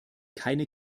keine